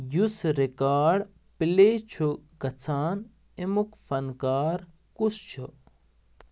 یُس رِکاڈ پٕلے چھُ گژھان اَمِیُک فنکار کُس چھُ